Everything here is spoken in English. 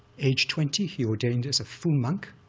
age twenty he ordained as a full monk,